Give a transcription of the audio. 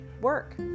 work